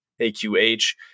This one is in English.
AQH